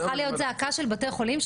צריכה להיות זעקה של בתי חולים,